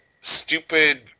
stupid